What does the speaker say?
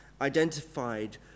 identified